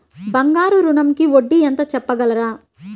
బంగారు ఋణంకి వడ్డీ ఎంతో చెప్పగలరా?